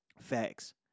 Facts